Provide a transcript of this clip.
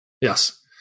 Yes